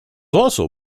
also